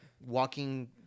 walking